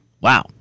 Wow